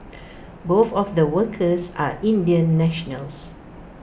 both of the workers are Indian nationals